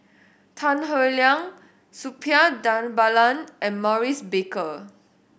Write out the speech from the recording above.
Tan Howe Liang Suppiah Dhanabalan and Maurice Baker